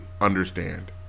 understand